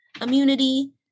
immunity